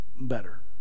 better